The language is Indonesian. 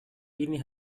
ini